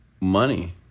money